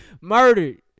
murdered